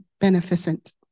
beneficent